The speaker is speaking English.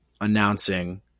announcing